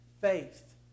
faith